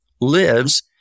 lives